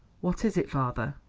what is it, father?